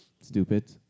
Stupid